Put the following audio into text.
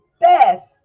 best